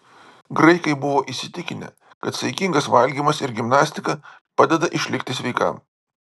graikai buvo įsitikinę kad saikingas valgymas ir gimnastika padeda išlikti sveikam